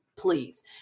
please